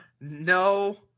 No